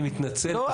אני מתנצל --- לא,